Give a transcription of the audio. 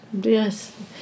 Yes